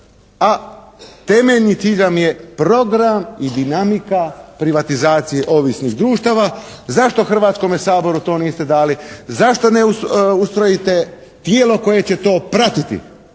a temeljni cilj vam je program i dinamika privatizacije ovisnih društava. Zašto Hrvatskome saboru to niste dali? Zašto ne ustrojite tijelo koje će to pratiti?